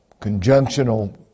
conjunctional